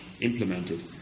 implemented